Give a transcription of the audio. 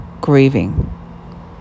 grieving